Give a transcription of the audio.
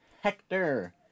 Hector